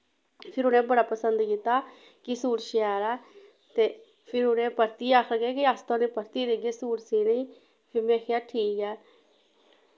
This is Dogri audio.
फिर उनैं बड़ा पसंद कीता कि सूट शैल ऐ ते फिर उनैं परतियै आखेआ लगे की अस परतियै देगे सूट सीनेई फ्ही में आखेआ ठीक ऐ